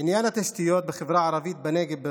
בעניין התשתיות בחברה הערבית בנגב,